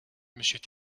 monsieur